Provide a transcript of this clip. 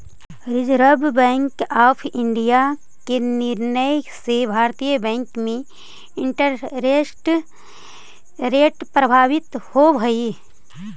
reserve Bank of India के निर्णय से भारतीय बैंक में इंटरेस्ट रेट प्रभावित होवऽ हई